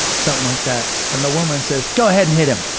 something like that. and the woman says, go ahead and hit him!